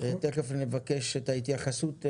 תיכף נבקש את ההתייחסות.